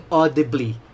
audibly